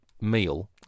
meal